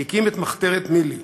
שהקים את מחתרת ניל"י,